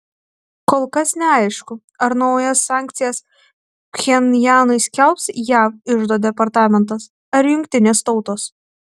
kol kas neaišku ar naujas sankcijas pchenjanui skelbs jav iždo departamentas ar jungtinės tautos